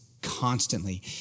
constantly